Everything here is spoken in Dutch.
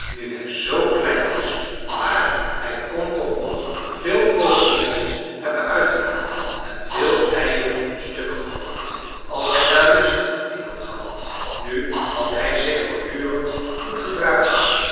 nu hij z klein was maar hij kon toch nog veel vogelnestjes hebben uitgehaald en veel eieren stukgegooid als hij daar lust in had gehad nu had hij zich voortdurend goed gedragen